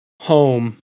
home